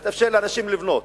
לאפשר לאנשים לבנות,